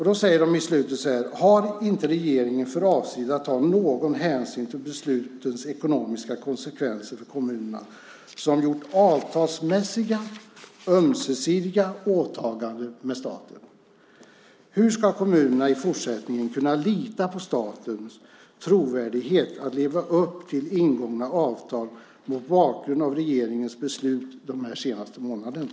De säger så här: Har inte regeringen för avsikt att ta någon hänsyn till beslutens ekonomiska konsekvenser för kommunerna, som gjort avtalsmässiga, ömsesidiga åtaganden med staten? Hur ska kommunerna i fortsättningen kunna lita på statens trovärdighet i att leva upp till ingångna avtal mot bakgrund av regeringens beslut de senaste månaderna?